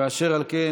אשר על כן,